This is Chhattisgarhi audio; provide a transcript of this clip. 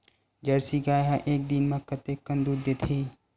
जर्सी गाय ह एक दिन म कतेकन दूध देथे?